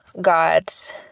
God's